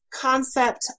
concept